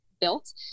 built